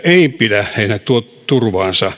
ei pidä